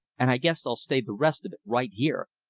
and i guess i'll stay the rest of it right here.